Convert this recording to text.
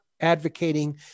advocating